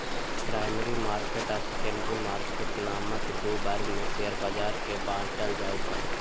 primary market आ secondary market नामक दू वर्ग मे शेयर बाजार कें बांटल जाइ छै